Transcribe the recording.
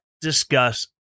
discuss